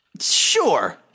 Sure